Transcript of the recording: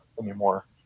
anymore